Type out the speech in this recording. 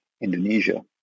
Indonesia